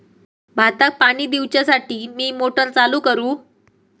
भाताक पाणी दिवच्यासाठी मी मोटर चालू करू?